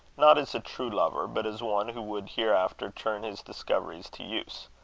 not as a true lover, but as one who would hereafter turn his discoveries to use.